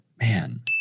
man